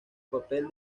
papel